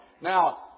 Now